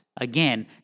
Again